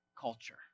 culture